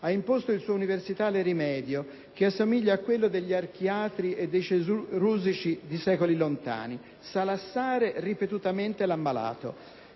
ha imposto il suo universale rimedio, che assomiglia a quello degli archiatri e dei cerusici di secoli lontani: salassare ripetutamente l'ammalato.